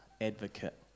advocate